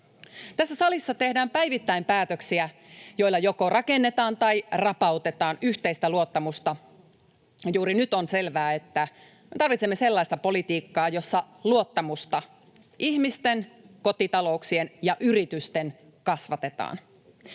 Tässä salissa tehdään päivittäin päätöksiä, joilla joko rakennetaan tai rapautetaan yhteistä luottamusta. Juuri nyt on selvää, että tarvitsemme sellaista politiikkaa, jossa luottamusta — ihmisten, kotitalouksien ja yritysten — kasvatetaan.